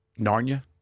Narnia